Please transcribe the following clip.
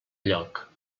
lloc